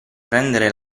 prendere